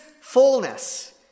fullness